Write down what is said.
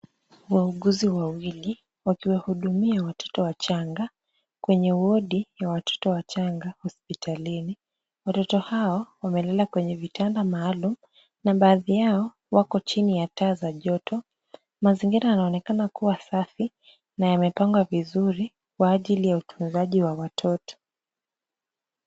Wauguzi wawili wakiwahudumia watoto wachanga kwenye wodi ya watoto wachanga hospitalini. Watoto hao wamelala kwenye vitanda maalum na baadhi yao wako chini ya taa za joto. Mazingira yanaonekana kuwa safi na yamepangwa vizuri kwa ajili ya utunzaji wa watoto.